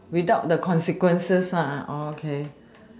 without the consequences okay